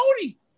Cody